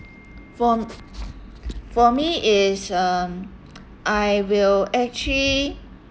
fom~ for me it's um I will actually